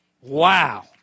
Wow